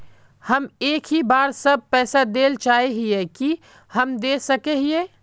हम एक ही बार सब पैसा देल चाहे हिये की हम दे सके हीये?